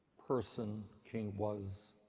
person king was